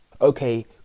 Okay